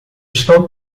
estão